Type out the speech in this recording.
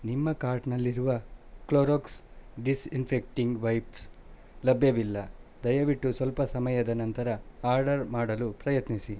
ನಿಮ್ಮ ಕಾರ್ಟ್ನಲ್ಲಿರುವ Clorox disinfecting wipes ಲಭ್ಯವಿಲ್ಲ ದಯವಿಟ್ಟು ಸ್ವಲ್ಪ ಸಮಯದ ನಂತರ ಆರ್ಡರ್ ಮಾಡಲು ಪ್ರಯತ್ನಿಸಿ